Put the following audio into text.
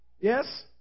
yes